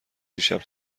دیشب